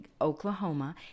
Oklahoma